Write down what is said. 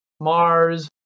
Mars